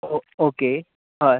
ऑ okay हय